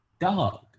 Dog